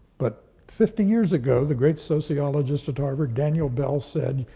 but fifty years ago, the great sociologist at harvard, daniel bell, said,